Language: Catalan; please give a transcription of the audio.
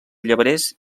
llebrers